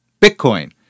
Bitcoin